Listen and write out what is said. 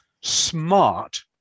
smart